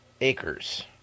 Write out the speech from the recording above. acres